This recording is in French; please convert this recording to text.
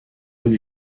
rue